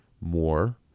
more